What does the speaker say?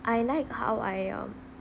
I like how I um